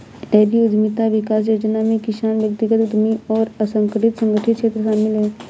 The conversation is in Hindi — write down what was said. डेयरी उद्यमिता विकास योजना में किसान व्यक्तिगत उद्यमी और असंगठित संगठित क्षेत्र शामिल है